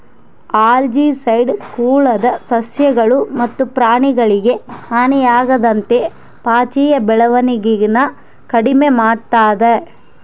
algicide ಕೊಳದ ಸಸ್ಯಗಳು ಮತ್ತು ಪ್ರಾಣಿಗಳಿಗೆ ಹಾನಿಯಾಗದಂತೆ ಪಾಚಿಯ ಬೆಳವಣಿಗೆನ ಕಡಿಮೆ ಮಾಡ್ತದ